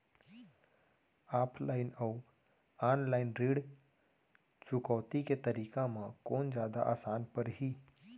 Offline अऊ online ऋण चुकौती के तरीका म कोन जादा आसान परही?